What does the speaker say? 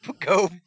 go